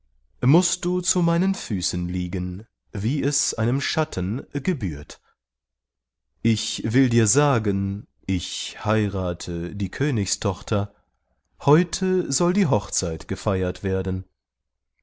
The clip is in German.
mußt du zu meinen füßen liegen wie es einem schatten gebührt ich will dir sagen ich heirate die königstochter heute soll die hochzeit gefeiert werden